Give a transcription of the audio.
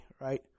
right